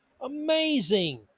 Amazing